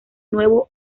nuevo